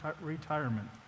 retirement